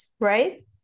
right